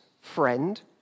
friend